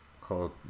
called